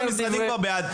כל המשרדים כבר בעד.